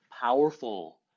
powerful